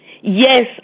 yes